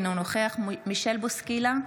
אינו נוכח מישל בוסקילה,